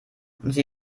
sie